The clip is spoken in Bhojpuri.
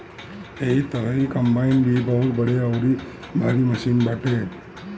एही तरही कम्पाईन भी बहुते बड़ अउरी भारी मशीन बाटे